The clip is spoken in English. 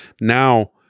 now